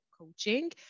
coaching